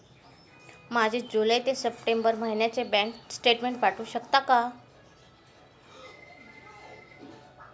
माझे जुलै ते सप्टेंबर महिन्याचे बँक डिटेल्स पाठवू शकता का?